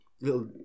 little